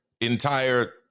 entire